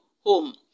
home